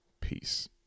peace